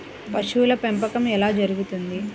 పశువుల పెంపకం ఎలా జరుగుతుంది?